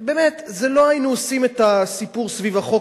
באמת לא היינו עושים את הסיפור סביב החוק